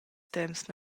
temps